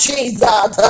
Jesus